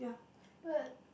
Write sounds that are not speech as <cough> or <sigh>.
<noise> but